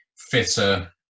fitter